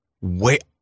Wait